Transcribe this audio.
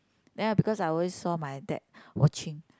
then because I always saw my dad watching